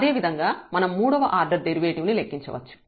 అదేవిధంగా మనం మూడవ ఆర్డర్ డెరివేటివ్ ని లెక్కించవచ్చు